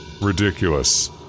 Ridiculous